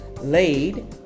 Laid